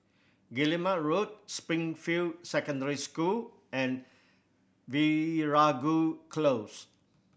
Guillemard Road Springfield Secondary School and Veeragoo Close